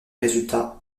résultats